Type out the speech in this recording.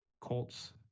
Colts